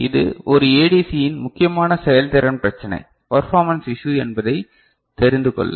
இது ஒரு ஏடிசியின் முக்கியமான செயல்திறன் பிரச்சினை பர்பாமன்ஸ் இஷ்யு என்பதை தெரிந்து கொள்ள